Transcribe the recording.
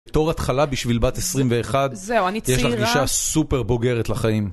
בתור התחלה בשביל בת 21. זהו, אני צעירה. יש לך גישה סופר בוגרת לחיים.